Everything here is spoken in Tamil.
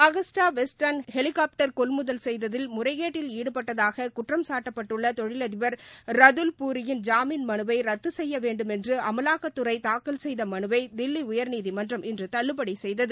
அகஸ்டாவெஸ்ட்லேண்ட் ஹெலிகாப்டர் கொள்முதல் செய்ததில் முறைகேட்டில் ஈடுபட்டதாககுற்றம்சாட்டப்பட்டுள்ளதொழிலதிபர் பூரியின் ரதுல் ஜாமீன் மனுவைரத்துசெய்யவேண்டுமென்றுஅமலாக்கத்துறைதாக்கல் செய்தமனுவைதில்லிஉயா்நீதிமன்றம் இன்றுதள்ளுபடிசெய்தது